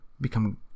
become